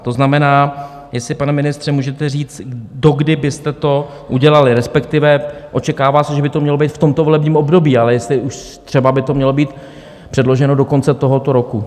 To znamená, jestli, pane ministře, můžete říct, dokdy byste to udělali, respektive očekává se, že by to mělo být v tomto volebním období, ale jestli už třeba by to mělo být předloženo do konce tohoto roku.